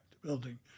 building